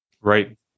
Right